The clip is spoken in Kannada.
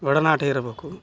ಒಡನಾಟ ಇರಬೇಕು